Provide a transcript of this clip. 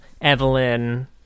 Evelyn